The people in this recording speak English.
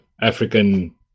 African